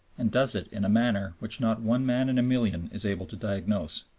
and does it in a manner which not one man in a million is able to diagnose.